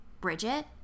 Bridget